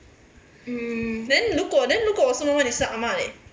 then 如果 then 如果我是妈妈你是阿嬷 leh